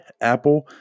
Apple